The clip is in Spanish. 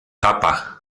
tapa